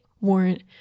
warrant